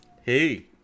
Hey